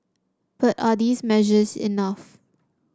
but are these measures enough